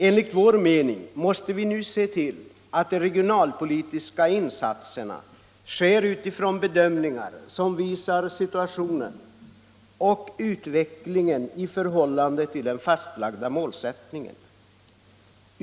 Enligt vår mening måste vi nu se till att de regionalpolitiska insatserna sker utifrån bedömningar som visar situationen och utvecklingen i förhållande till den fastlagda målsättningen.